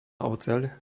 oceľ